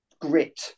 grit